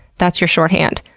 that's your shorthand.